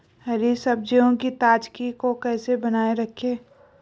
हरी सब्जियों की ताजगी को कैसे बनाये रखें?